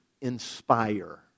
inspire